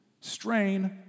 Strain